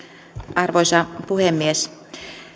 arvoisa puhemies